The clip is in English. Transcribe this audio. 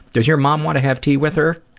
does your mom want to have tea with her?